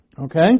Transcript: Okay